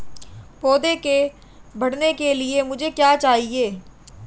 पौधे के बढ़ने के लिए मुझे क्या चाहिए?